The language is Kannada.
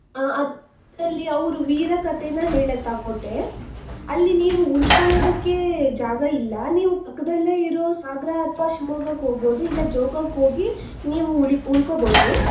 ಹಾಂ ಅದರಲ್ಲಿ ಅವರ ವೀರ ಕಥೇನ ಹೇಳುತ್ತೆ ಆ ಕೋಟೆ ಅಲ್ಲಿ ನೀವು ಉಳ್ಕೊಳ್ಳೋದಕ್ಕೆ ಜಾಗ ಇಲ್ಲ ನೀವು ಪಕ್ಕದಲ್ಲೇ ಇರೋ ಸಾಗರ ಅಥವಾ ಶಿವಮೊಗ್ಗಕ್ಕೆ ಹೋಗ್ಬೋದು ಇಲ್ಲ ಜೋಗಕ್ಕೋಗಿ ನೀವು ಉಳಿ ಉಳ್ಕೊಬೋದು